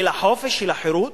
של החופש, של החירות,